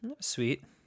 sweet